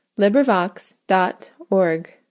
LibriVox.org